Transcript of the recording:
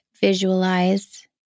visualize